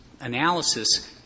analysis